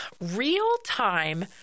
Real-time